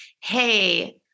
hey –